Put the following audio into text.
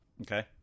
Okay